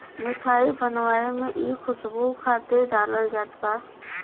मिठाई बनावे में इ खुशबू खातिर डालल जात बा